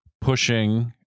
pushing